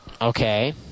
Okay